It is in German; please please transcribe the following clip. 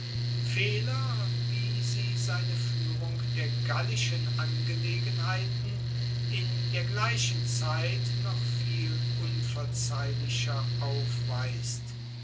fehler wie sie seine fuehrung der gallischen angelegenheiten in der gleichen zeit noch viel unverzeihlicher aufweist